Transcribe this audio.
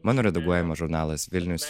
mano redaguojamas žurnalas vilnius